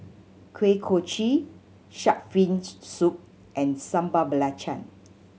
Kuih Kochi Shark's Fin Soup and Sambal Belacan